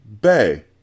Bay